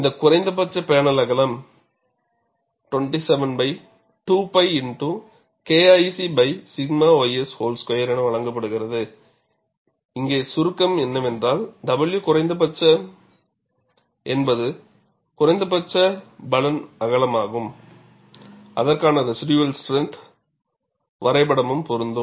இந்த குறைந்தபட்ச பேனல் அகலம் 27 2𝝅 x KIC𝛔 ys 2 என வழங்கப்படுகிறது இங்கே சுருக்கம் என்னவென்றால் W குறைந்தபட்சம் என்பது குறைந்தபட்ச பலன் அகலமாகும் அதற்கான ரெஷிடுயல் ஸ்ட்ரென்த் வரைபடம் பொருந்தும்